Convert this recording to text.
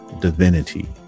Divinity